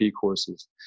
courses